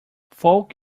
folk